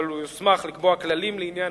אבל הוא יוסמך לקבוע כללים לעניין